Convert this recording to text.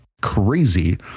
crazy